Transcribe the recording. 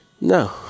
no